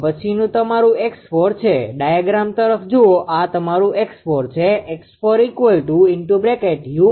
પછીનું તમારું છે ડાયાગ્રામ તરફ જુઓ આ તમારું છે